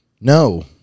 No